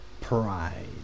pride